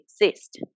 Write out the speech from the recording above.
exist